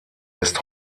ist